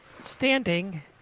Standing